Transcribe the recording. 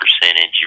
percentage